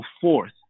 forth